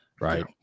right